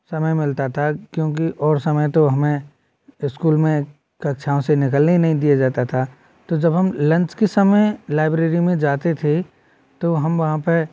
समय मिलता था क्योंकि और समय तो हमें स्कूल में कक्षाओं से निकलने ही नहीं दिया जाता था तो जब हम लंच के समय लाइब्रेरी में जाते थे तो हम वहाँ पर